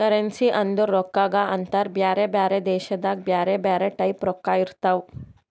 currency ಅಂದುರ್ ರೊಕ್ಕಾಗ ಅಂತಾರ್ ಬ್ಯಾರೆ ಬ್ಯಾರೆ ದೇಶದಾಗ್ ಬ್ಯಾರೆ ಬ್ಯಾರೆ ಟೈಪ್ ರೊಕ್ಕಾ ಇರ್ತಾವ್